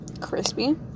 crispy